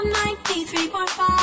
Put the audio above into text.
93.5